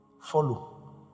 Follow